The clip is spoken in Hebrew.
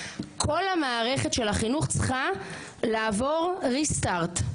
כל המערכת של החינוך צרכיה לעבור ריסטרט,